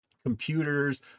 computers